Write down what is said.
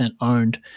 owned